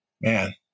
man